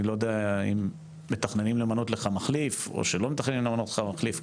אני לא יודע אם מתכננים למנות לך מחליף או שלא מתכננים למנות לך מחליף.